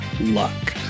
luck